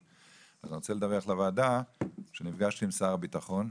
אז אני רוצה לדווח לוועדה שנפגשתי עם שר הביטחון,